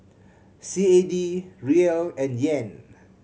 C A D Riel and Yen